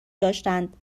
داشتند